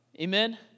Amen